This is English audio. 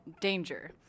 danger